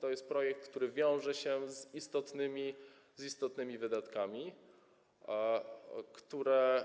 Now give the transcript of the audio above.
To jest projekt, który wiąże się z istotnymi wydatkami, które